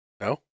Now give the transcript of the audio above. No